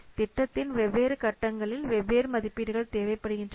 திட்டத்தின் வெவ்வேறு கட்டங்களில் வெவ்வேறு மதிப்பீடுகள் தேவைப்படுகின்றன